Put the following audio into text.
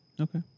Okay